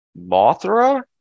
mothra